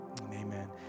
Amen